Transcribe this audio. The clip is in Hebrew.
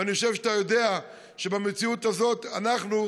ואני חושב שאתה יודע שבמציאות הזאת אנחנו,